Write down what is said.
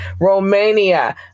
Romania